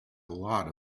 lot